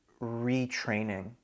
retraining